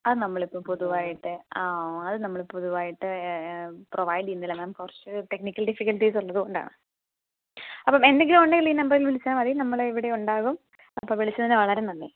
അത് നമ്മൾ ഇപ്പോൾ പൊതുവായിട്ട് അത് നമ്മള് പൊതുവായിട്ട് പ്രൊവൈഡ് ചെയ്യുന്നില്ല മാം കുറച്ച് ടെക്നിക്കൽ ഡിഫ്ഫികൽറ്റീസ് ഉള്ളത് കൊണ്ടാണ് അപ്പോൾ എന്തെങ്കിലും ഉണ്ടെങ്കിൽ ഈ നമ്പറിൽ വിളിച്ചാൽ മതി നമ്മള് ഇവിടെ ഉണ്ടാകും അപ്പോൾ വിളിച്ചതിന് വളരെ നന്ദി